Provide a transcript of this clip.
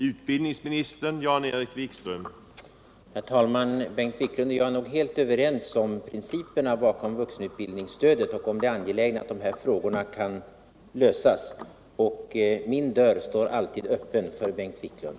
Herr talman! Bengt Wiklund och jag är nog helt överens om principerna bakom vuxenutbildningsstödet och det angelägna i att de här frågorna kan lösas. Min dörr står alltid öppen för Bengt Wiklund.